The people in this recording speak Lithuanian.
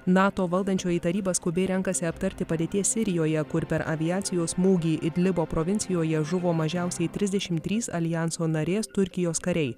nato valdančioji taryba skubiai renkasi aptarti padėties sirijoje kur per aviacijos smūgį idlibo provincijoje žuvo mažiausiai trisdešimt trys aljanso narės turkijos kariai